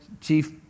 chief